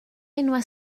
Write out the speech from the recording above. enwau